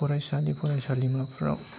फरायसालि फरायसालिमाफ्राव